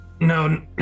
No